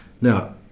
Now